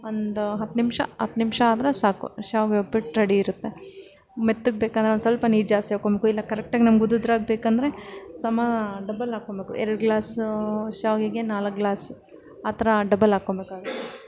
ಒಂದು ಹತ್ತು ನಿಮಿಷ ಹತ್ತು ನಿಮಿಷ ಆದರೆ ಸಾಕು ಶಾವಿಗೆ ಉಪ್ಪಿಟ್ಟು ರೆಡಿ ಇರುತ್ತೆ ಮೆತ್ತಗೆ ಬೇಕೆಂದರೆ ಒಂದ್ಸಲ್ಪ ನೀರು ಜಾಸ್ತಿ ಹಾಕೊಳ್ಬೇಕು ಇಲ್ಲ ಕರೆಕ್ಟಾಗಿ ನಮ್ಗೆ ಉದುದ್ರಾಗಿ ಬೇಕೆಂದ್ರೆ ಸಮ ಡಬಲ್ ಹಾಕೊಳ್ಬೇಕು ಎರಡು ಗ್ಲಾಸ್ ಶಾವಿಗೆಗೆ ನಾಲ್ಕು ಗ್ಲಾಸ್ ಆ ಥರ ಡಬಲ್ ಹಾಕ್ಕೊಳ್ಬೇಕಾಗುತ್ತೆ